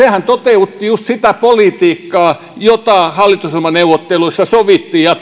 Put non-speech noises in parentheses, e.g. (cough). toteutti juuri sitä politiikkaa josta hallitusohjelmaneuvotteluissa sovittiin ja (unintelligible)